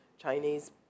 Chinese